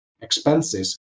expenses